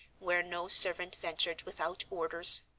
where no servant ventured without orders.